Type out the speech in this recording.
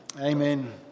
Amen